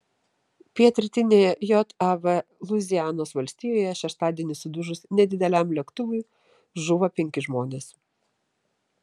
pietrytinėje jav luizianos valstijoje šeštadienį sudužus nedideliam lėktuvui žuvo penki žmonės